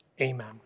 Amen